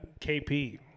KP